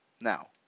Now